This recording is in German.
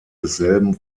desselben